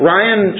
Ryan